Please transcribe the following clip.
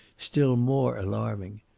still more alarming.